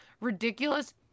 ridiculous